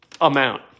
amount